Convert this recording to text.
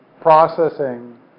processing